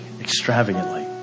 extravagantly